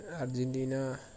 Argentina